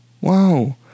wow